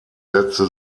setzte